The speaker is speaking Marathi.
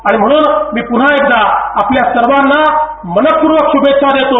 आणि म्हणून मी पुन्हा एकदा आपल्या सर्वांना मनपूर्वक शुभेच्छा देतो